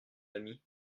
ami